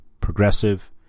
progressive